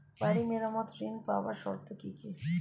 বাড়ি মেরামত ঋন পাবার শর্ত কি?